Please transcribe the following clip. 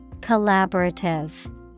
Collaborative